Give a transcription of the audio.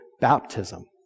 baptism